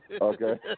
Okay